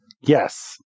Yes